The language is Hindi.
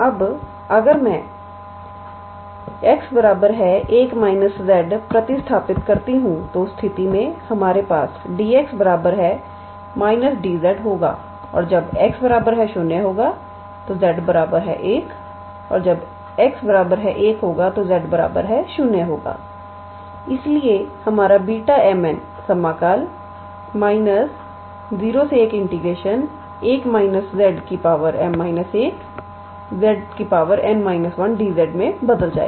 अब अगर मैं x को प्रतिस्थापि करती हूं तो उस स्थिति में हमारे पास 𝑑𝑥 dz होगा और जब x 0 होगा तो 𝑧 1 और जब 𝑥 1 होगा तो z 0 इसलिए हमारा Βm 𝑛 समाकल 011 − 𝑧 𝑚−1 𝑧 𝑛−1𝑑𝑧 मे बदल जाएगा